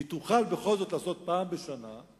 היא תוכל בכל זאת לעשות פעם אחת בשנה,